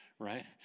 right